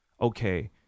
okay